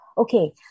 Okay